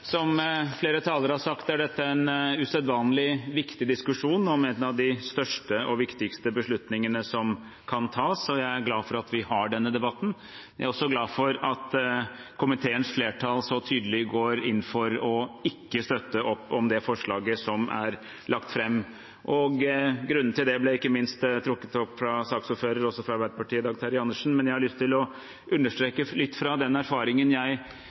Som flere talere har sagt, er dette en usedvanlig viktig diskusjon om en av de største og viktigste beslutningene som kan tas, og jeg er glad for at vi har denne debatten. Jeg er også glad for at komiteens flertall så tydelig går inn for ikke å støtte opp om det forslaget som er lagt fram. Grunnen til det ble ikke minst trukket fram av saksordføreren, Dag Terje Andersen, også fra Arbeiderpartiet, men jeg har lyst til å understreke litt fra den erfaringen jeg